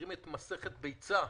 המזכירים את מסכת ביצה,